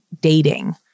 dating